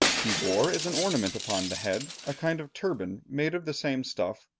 he wore as an ornament upon the head, a kind of turban made of the same stuff,